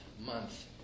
month